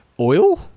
Oil